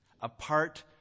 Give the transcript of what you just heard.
apart